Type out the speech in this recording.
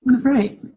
right